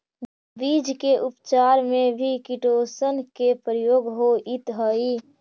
बीज के उपचार में भी किटोशन के प्रयोग होइत हई